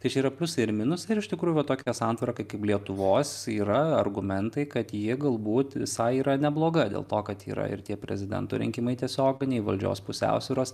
tai čia yra pliusai ir minusai ir iš tikrųjų va tokia santvarka kaip lietuvos yra argumentai kad ji galbūt visai yra nebloga dėl to kad yra ir tie prezidento rinkimai tiesioginiai valdžios pusiausvyros